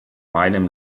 meinem